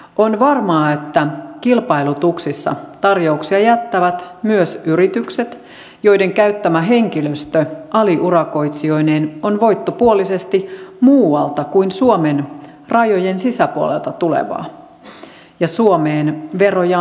on varmaa että kilpailutuksissa tarjouksia jättävät myös yritykset joiden käyttämä henkilöstö aliurakoitsijoineen on voittopuolisesti muualta kuin suomen rajojen sisäpuolelta tulevaa ja suomeen verojaan maksavia